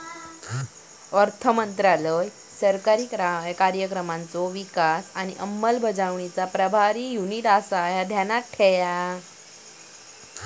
अर्थमंत्रालय सरकारी कार्यक्रमांचो विकास आणि अंमलबजावणीचा प्रभारी युनिट आसा, ह्या ध्यानात ठेव